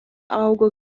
augo